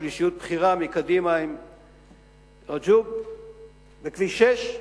של אישיות בכירה מקדימה עם רג'וב בכביש 6,